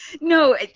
No